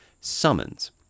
summons